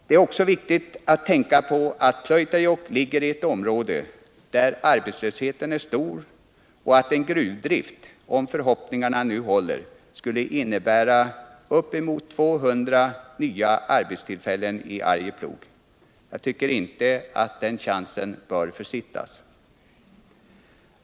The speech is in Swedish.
Det är också viktigt att tänka på att Pleutajokk ligger i ett område där arbetslösheten är stor och att en gruvdrift, om förhoppningarna nu slår in, skulle innebära uppemot 200 nya arbetstillfällen i Arjeplog. Jag tycker inte att den chansen bör försittas.